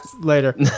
Later